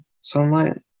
sunlight